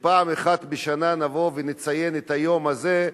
שפעם אחת בשנה נבוא ונציין את היום הזה,